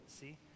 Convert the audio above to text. see